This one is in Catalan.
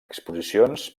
exposicions